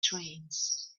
trains